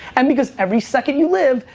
and because every second you live,